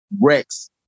Rex